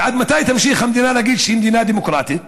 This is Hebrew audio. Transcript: ועד מתי תמשיך המדינה להגיד שהיא מדינה דמוקרטית?